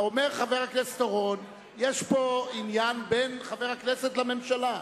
אומר חבר הכנסת אורון שיש פה עניין בין חבר הכנסת לממשלה.